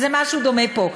אז זה משהו דומה פה.